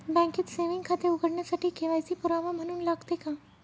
बँकेत सेविंग खाते उघडण्यासाठी के.वाय.सी पुरावा म्हणून लागते का?